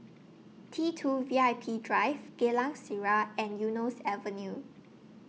T two V I P Drive Geylang Serai and Eunos Avenue